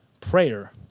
prayer